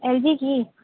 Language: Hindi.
एल जी की